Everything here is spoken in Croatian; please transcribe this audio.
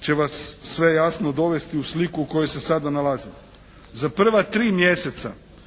će vas sve jasno dovesti u sliku u kojoj se sada nalazimo. Za prva tri mjeseca